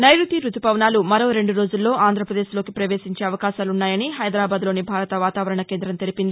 నైరుతి రుతుపవనాలు మరో రెండు రోజుల్లో ఆంధ్రపదేశ్లోకి ప్రవేశించే అవకాశాలున్నాయని హైదరాబాద్లోని భారత వాతావరణ కేంద్రం తెలిపింది